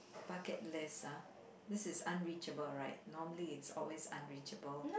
bucket list ah this is unreachable right normally it's always unreachable